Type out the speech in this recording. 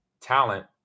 talent